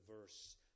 verse